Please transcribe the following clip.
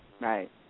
right